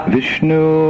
Vishnu